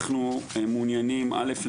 אנחנו מעוניינים: אלף,